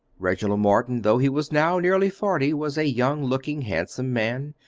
reginald morton, though he was now nearly forty, was a young-looking, handsome man,